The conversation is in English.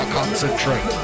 Concentrate